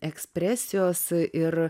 ekspresijos ir